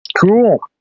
cool